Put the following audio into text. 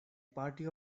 party